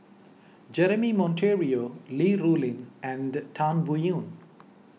Jeremy Monteiro Li Rulin and Tan Biyun